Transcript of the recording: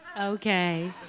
Okay